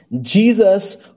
Jesus